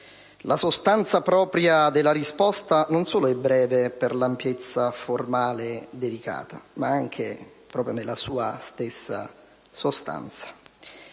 La sostanza propria della risposta, quindi, non solo è breve rispetto all'ampiezza formale dedicata, ma anche proprio nella sua stessa sostanza.